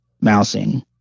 mousing